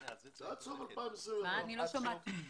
--- עד סוף 2021 ולגמור את הפרשה הזאת.